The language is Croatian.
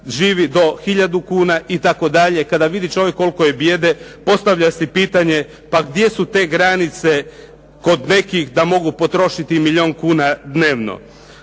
živi do hiljadu kuna, itd. Kada vidi čovjek koliko je bijede postavlja si pitanje pa gdje su te granice kod nekih da mogu potrošiti i milijun kuna dnevno.